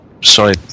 Sorry